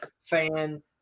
fan